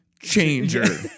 changer